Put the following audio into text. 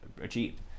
achieved